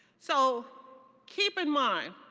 so keep in mind